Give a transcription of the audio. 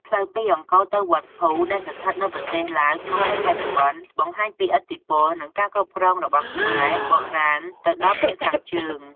ផ្លូវពីអង្គរទៅវត្តភូ ដែលស្ថិតនៅប្រទេសឡាវក្នុងពេលបច្ចុប្បន្ន បង្ហាញពីឥទ្ធិពល និងការគ្រប់គ្រងរបស់ខ្មែរបុរាណទៅដល់ភាគខាងជើង។